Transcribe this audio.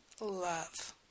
love